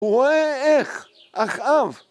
הוא רואה איך, אחאב.